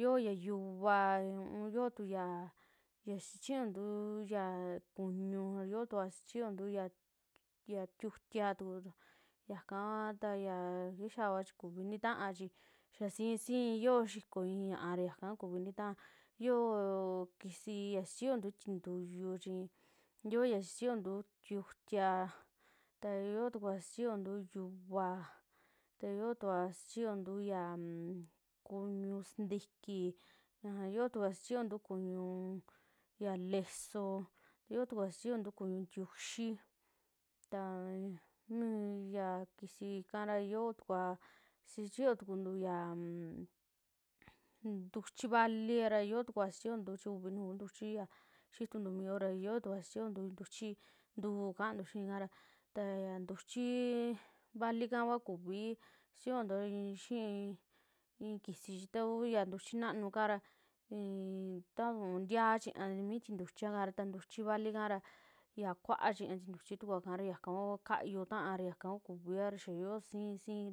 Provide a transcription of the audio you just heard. yoo ya yuvaa unn yoo tuyaa ya sichiontuu ya kuñuu a yootua sichiyontu ya tiutia tukura, yaka yakixaa va chi kuvii ntitaa chi xaa si. sii yoo xikoo i'i ñaa ra yakakua kuvi ntitaa, yoo kisi ya sichiyontu chintuyu, chi yoo ya sichiyountu tuku tiutia ta yotukua sichiyontu yuvaa, ta yoo tua sichiyontu ya an kuñuu sintiki aja yotukua sichiyontu kuñuu ya lesoo, yotukua sichiontu kuñu ntiuxii, taa yaa kisi kara yootukua sichiyotukuntu yaa anm ntuchi valiara, yotukua schiyontu chi uvi nuju kuu ntuchi ya xiituntu mio'o ra yiotua xichiyontu ntuchi ntu'u kantuxii kara, ta ya ntuchiii valika kua kuvi xichiyontua xii i'i kisi chi ta uu yaa ntuchi naanu kara inn ta un tiaa chiiña mi tintuchiaka, taa ntuchi vali kaara ya kua'a chiñaa tintuchitua kara yaka kua kayuu taa, yakakua kuviiara xaa yoo sii, sii.